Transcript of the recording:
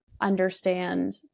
understand